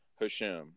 Hashem